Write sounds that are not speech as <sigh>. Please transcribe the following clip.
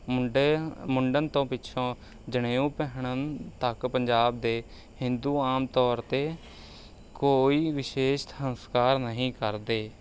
<unintelligible> ਮੁੰਡਨ ਤੋਂ ਪਿੱਛੋਂ ਜਨੇਊ ਪਹਿਨਣ ਤੱਕ ਪੰਜਾਬ ਦੇ ਹਿੰਦੂ ਆਮ ਤੌਰ 'ਤੇ ਕੋਈ ਵਿਸ਼ੇਸ਼ ਸੰਸਕਾਰ ਨਹੀਂ ਕਰਦੇ